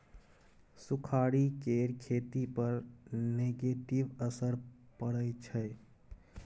सुखाड़ि केर खेती पर नेगेटिव असर परय छै